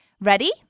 Ready